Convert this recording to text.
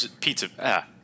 pizza